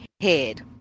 head